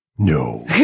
No